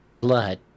blood